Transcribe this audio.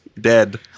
dead